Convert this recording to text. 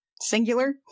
Singular